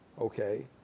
okay